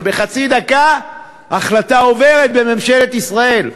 ובחצי דקה החלטה עוברת בממשלת ישראל.